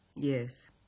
Yes